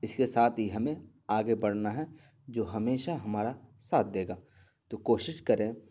اس کے ساتھ ہی ہمیں آگے بڑھنا ہے جو ہمیشہ ہمارا ساتھ دے گا تو کوشش کریں